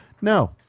No